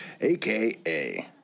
AKA